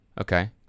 okay